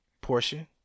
portion